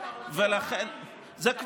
אתה היית שר של שני משרדים,